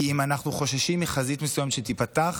כי אם אנחנו חוששים מחזית מסוימת שתיפתח,